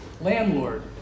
Landlord